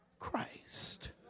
Christ